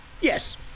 Yes